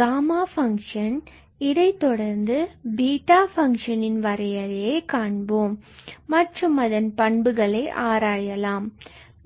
gamma function இதை தொடர்ந்து beta function இன் வரையறையை காண்போம் மற்றும் அதன் பண்புகளை ஆராயலாம்